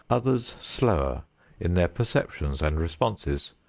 others slower in their perceptions and responses.